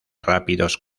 rápidos